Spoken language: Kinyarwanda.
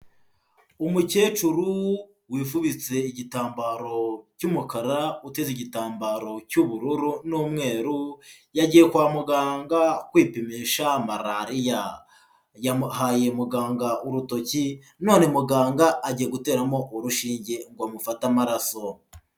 Umukecuru wifubitse igitambaro cy'umukara, uteze igitambaro cy'ubururu n'umweru, yagiye kwa muganga kwipimisha malariya, yamuhaye muganga urutoki none muganga agiye guteramo urushinge ngo amufate amaraso.